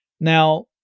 Now